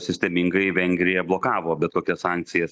sistemingai vengrija blokavo bet kokias sankcijas